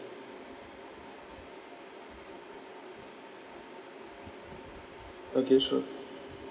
okay sure